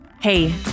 hey